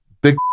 big